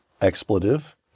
expletive